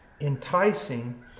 enticing